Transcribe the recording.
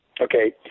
Okay